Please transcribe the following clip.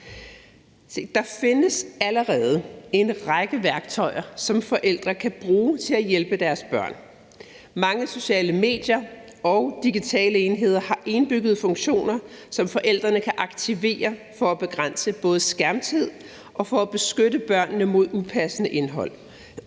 Der findes allerede en række værktøjer, som forældre kan bruge til at hjælpe deres børn. Mange sociale medier og digitale enheder har indbygget funktioner, som forældrene kan aktivere både for at begrænse skærmtiden og for at beskytte børnene mod upassende indhold.